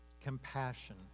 compassion